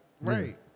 Right